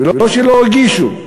ולא שלא הגישו.